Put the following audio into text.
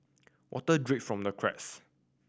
water drip from the cracks